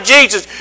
Jesus